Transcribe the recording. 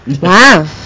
Wow